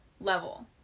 level